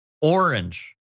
orange